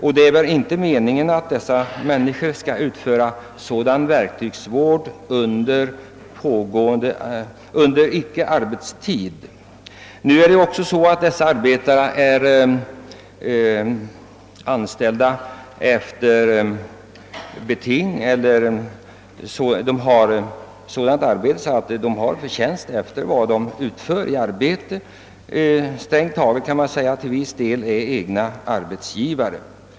Ty det är väl inte meningen att de skall utföra verktygsvård under ickearbetstid? För dessa arbetare beräknas dessutom förtjänsten efter det arbete de utför; strängt taget kan man säga att de är egna arbetsgivare.